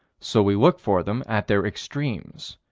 so we look for them at their extremes.